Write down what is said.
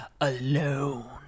Alone